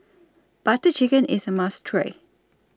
Butter Chicken IS A must Try